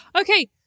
Okay